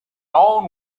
own